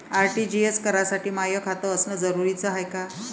RTGS करासाठी माय खात असनं जरुरीच हाय का?